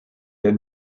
der